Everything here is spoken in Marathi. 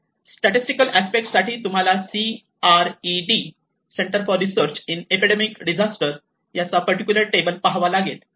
स्टॅटिस्टिकल अस्पेक्ट साठी तुम्हाला CRED centre for research in epidemic disaster यांचा पर्टिक्युलर टेबल पाहावा लागेल